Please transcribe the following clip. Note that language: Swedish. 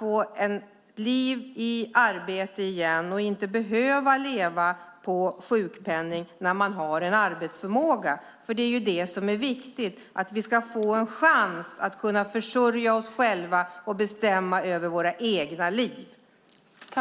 gör det möjligt att igen få ett liv i arbete i stället för att behöva leva på en sjukpenning när arbetsförmåga finns. Det viktiga är ju att vi människor ska få en chans att själva försörja oss och att bestämma över våra liv.